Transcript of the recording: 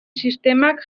sistemak